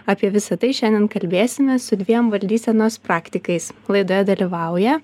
apie visa tai šiandien kalbėsimės su dviem valdysenos praktikais laidoje dalyvauja